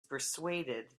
persuaded